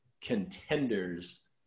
contenders